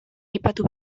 aipatu